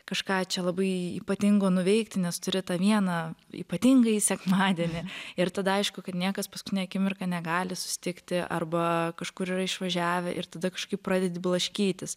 kažką čia labai ypatingo nuveikti nes turi tą vieną ypatingąjį sekmadienį ir tada aišku kad niekas paskutinę akimirką negali susitikti arba kažkur yra išvažiavę ir tada kažkaip pradedi blaškytis